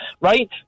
right